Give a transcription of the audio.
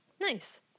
Nice